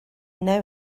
know